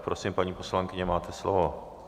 Prosím, paní poslankyně, máte slovo.